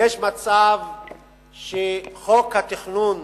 יש מצב שחוק התכנון